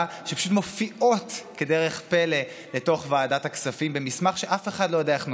שפשוט מופיעות כדרך פלא לתוך ועדת הכספים במסמך שאף אחד לא יודע איך נוצר.